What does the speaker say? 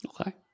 Okay